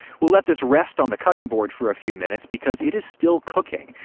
we'll let this rest on the cutting board for a few minutes, because it is still cooking.